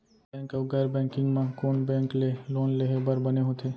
Bank अऊ गैर banking म कोन बैंक ले लोन लेहे बर बने होथे?